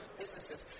businesses